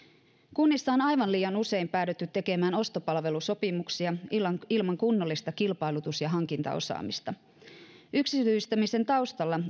kunnissa on aivan liian usein päädytty tekemään ostopalvelusopimuksia ilman kunnollista kilpailutus ja hankintaosaamista yksityistämisen taustalla